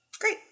great